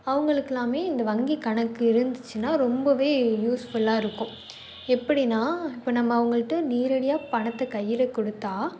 அவங்களுக்கெல்லாமே இந்த வங்கிக் கணக்கு இருந்துச்சுனா ரொம்பவே யூஸ்ஃபுல்லாக இருக்கும் எப்படின்னா இப்போது நம்ம அவங்கள்ட நேரடியாக பணத்தை கையில் கொடுத்தா